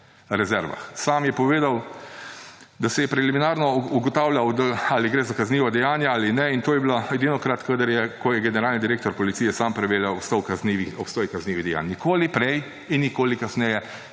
rezervah. Sam je povedal, da je preliminarno ugotavljal, ali gre za kazniva dejanja ali ne. In to je bilo edinokrat, ko je generalni direktor policije sam preverjal obstoj kaznivih dejanj. Nikoli prej in nikoli kasneje